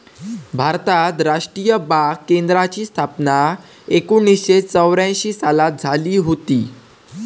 भारतात राष्ट्रीय बाग केंद्राची स्थापना एकोणीसशे चौऱ्यांशी सालात झाली हुती